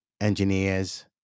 engineers